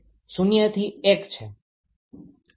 તો તે 0 થી 1 છે